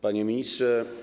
Panie Ministrze!